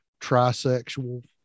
trisexual